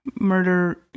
murder